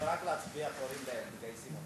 רק להצביע, מגייסים אותם.